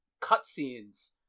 cutscenes